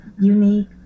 unique